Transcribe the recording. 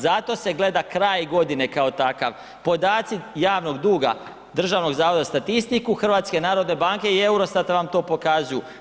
Zato se gleda kraj godine kao takav, podaci javnog duga Državnog zavoda za statistiku, HNB-a i Eurostata vam to pokazuju.